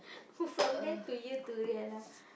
food from there to here to here lah